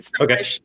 Okay